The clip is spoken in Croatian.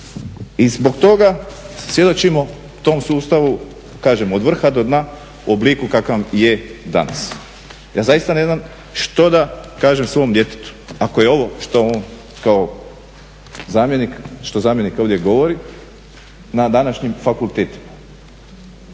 I zbog toga svjedočimo tom sustavu, kažem od vrha do dna u obliku kakav je danas. Ja zaista ne znam što da kažem svom djetetu ako je ovo što on kao zamjenik, što zamjenik ovdje govori na današnjim fakultetima.